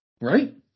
Right